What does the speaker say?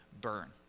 burn